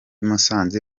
musanze